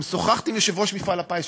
גם שוחחתי עם יושב-ראש מפעל הפיס,